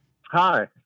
Hi